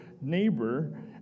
neighbor